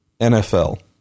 NFL